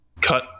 cut